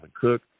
Cook